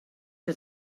que